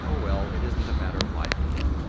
oh well, it isn't a matter of life and death.